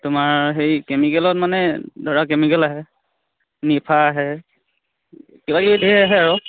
তোমাৰ সেই কেমিকেলত মানে ধৰা কেমিকেল আহে নিফা আহে কিবাকিব ধেৰ আহে আৰু